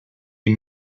die